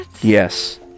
yes